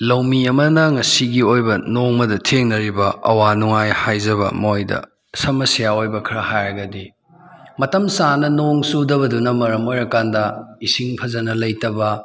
ꯂꯧꯃꯤ ꯑꯃꯅ ꯉꯁꯤꯒꯤ ꯑꯣꯏꯕ ꯅꯣꯡꯃꯗ ꯊꯦꯡꯅꯔꯤꯕ ꯑꯋꯥ ꯅꯨꯡꯉꯥꯏ ꯍꯥꯏꯖꯕ ꯃꯣꯏꯗ ꯁꯃꯁ꯭ꯌꯥ ꯑꯣꯏꯕ ꯈꯔ ꯍꯥꯏꯔꯒꯗꯤ ꯃꯇꯝ ꯆꯥꯅ ꯅꯣꯡ ꯆꯨꯗꯕꯗꯨꯅ ꯃꯔꯝ ꯑꯣꯏꯔ ꯀꯥꯟꯗ ꯏꯁꯤꯡ ꯐꯖꯅ ꯂꯩꯇꯕ